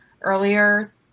earlier